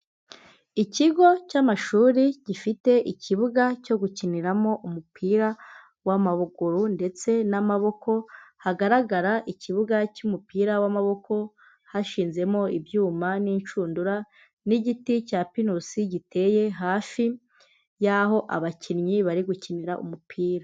Ikigo cy'amashuri gifite ikibuga cyo gukiniramo umupira w'amaruguru ndetse n'amaboko, hagaragara ikibuga cy'umupira w'amaboko hashinzemo ibyuma n'inshundura n'igiti cya pinusi giteye hafi y'aho abakinnyi bari gukinira umupira.